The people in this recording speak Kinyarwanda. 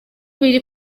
biri